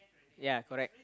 ya correct